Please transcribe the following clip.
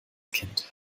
kind